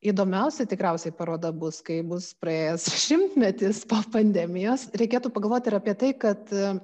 įdomiausia tikriausiai paroda bus kai bus praėjęs šimtmetis po pandemijos reikėtų pagalvot ir apie tai kad